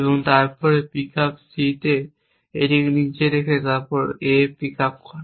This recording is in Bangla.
এবং তারপর পিক আপ C এটিকে নিচে রেখে তারপর A পিক আপ করে